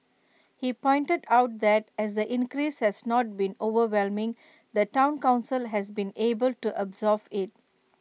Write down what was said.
he pointed out that as the increase has not been overwhelming the Town Council has been able to absorb IT